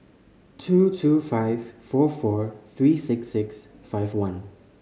two two five four four three six six five one